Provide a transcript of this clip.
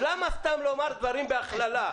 אז למה סתם לומר דברים בהכללה?